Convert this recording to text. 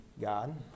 God